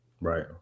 Right